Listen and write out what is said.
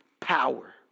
power